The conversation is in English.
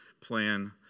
plan